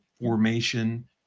formation